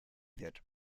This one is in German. wird